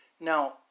Now